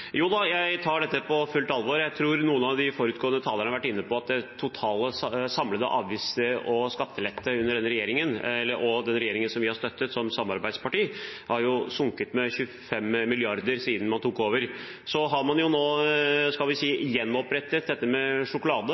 jeg tar dette på fullt alvor. Jeg tror noen av de foregående talerne har vært inne på at de totale, samlede avgifts- og skatteletter under denne regjeringen og den regjeringen vi har støttet som samarbeidsparti, har sunket med 25 mrd. kr siden man tok over. Så har man nå gjenopprettet dette for sjokolade